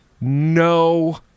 no